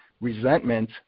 resentment